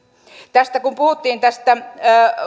kun puhuttiin tästä